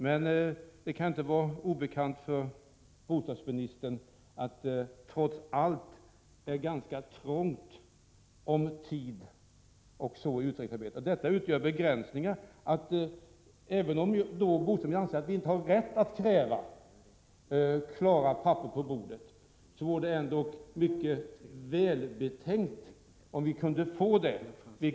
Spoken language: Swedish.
Men det kan inte vara obekant för bostadsministern att det trots allt är ganska ont om tid för utredningsarbetet. Detta innebär begränsningar. Även om bostadsministern anser att vi inte har rätt att kräva klara papper på bordet, vore det mycket välbetänkt av bostadsministern att ge oss sådana.